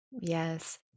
Yes